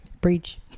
Breach